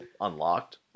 unlocked